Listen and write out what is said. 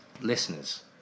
listeners